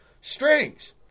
strings